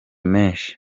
menshi